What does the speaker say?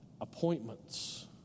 appointments